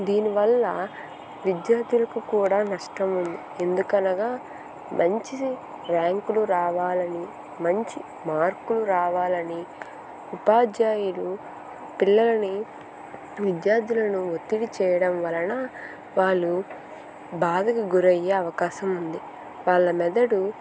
దీని వల్ల విద్యార్థులకు కూడా నష్టం ఎందుకనగా మంచి ర్యాంకులు రావాలని మంచి మార్కులు రావాలని ఉపాధ్యాయులు పిల్లల్ని విద్యార్థులను ఒత్తిడి చేయడం వలన వాళ్ళు బాధకు గురయ్యే అవకాశం ఉంది వాళ్ళ మెదడు